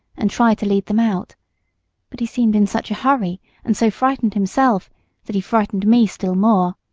and try to lead them out but he seemed in such a hurry and so frightened himself that he frightened me still more.